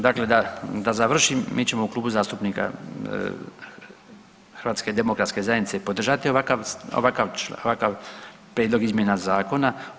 Dakle, da završim mi ćemo u Klubu zastupnika HDZ-a podržati ovakav, ovakav, ovakav prijedlog izmjena zakona.